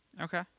Okay